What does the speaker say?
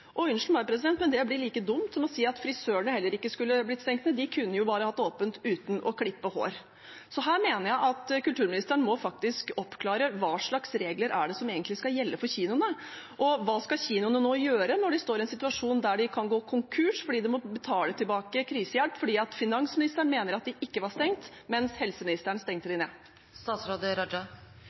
meg, men det blir like dumt som å si at frisørene heller ikke skulle blitt stengt ned, de kunne jo bare hatt åpent uten å klippe hår. Så her mener jeg at kulturministeren faktisk må oppklare hva slags regler som egentlig skal gjelde for kinoene. Og hva skal kinoene nå gjøre når de står i en situasjon der de kan gå konkurs fordi de må betale tilbake krisehjelp fordi finansministeren mener at de ikke var stengt, mens helseministeren stengte